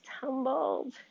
tumbled